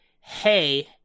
hey